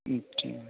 अच्छा